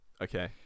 Okay